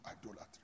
idolatry